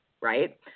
right